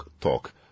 talk